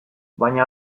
baina